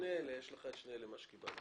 יש את שתי הטבלאות הללו שקיבלנו.